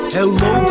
Hello